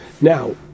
Now